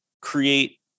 create